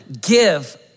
give